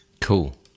Cool